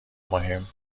مهم